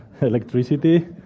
electricity